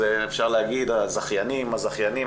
אפשר להגיד הזכיינים מה-זכיינים,